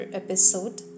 episode